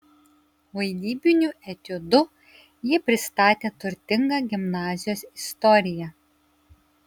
vaidybiniu etiudu jie pristatė turtingą gimnazijos istoriją